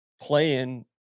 playing